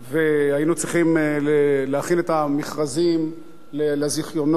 והיינו צריכים להכין את המכרזים לזיכיונות.